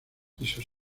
quiso